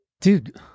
dude